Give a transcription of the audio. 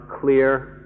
clear